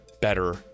better